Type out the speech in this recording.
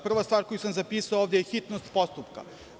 Prva stvar koju sam ovde zapisao je hitnost postupka.